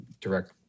direct